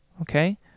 okay